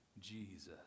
Jesus